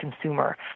consumer